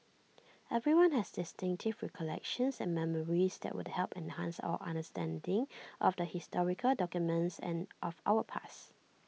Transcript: everyone has distinctive recollections and memories that would help enhance our understanding of the historical documents and of our past